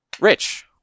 Rich